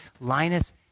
Linus